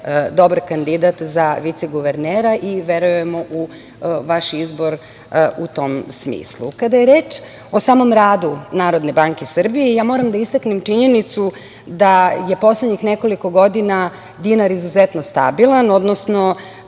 dobar kandidat za viceguvernera i verujemo u vaš izbor u tom smislu. Kada je reč o samom radu NBS, moram da istaknem činjenicu da je poslednjih nekoliko godina dinar izuzetno stabilan, odnosno